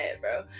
bro